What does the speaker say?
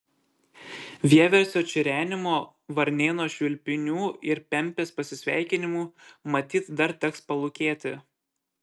vieversio čirenimo varnėno švilpynių ir pempės pasisveikinimų matyt dar teks palūkėti